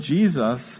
Jesus